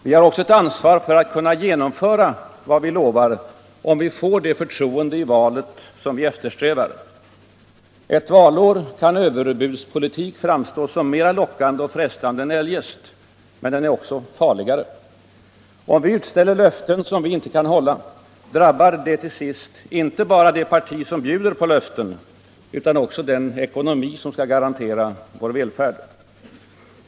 Vi har också ett ansvar för att kunna genomföra vad vi lovar, om vi får det förtroende i valet som vi eftersträvar. Ett valår kan överbudspolitik framstå som mera lockande och frestande än eljest. Men den är också farligare. Om vi utställer löften som vi inte kan hålla, drabbar det till sist inte bara det parti som bjuder på löften, utan också den ekonomi som skall garantera vår välfärd.